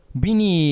bini